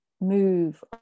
move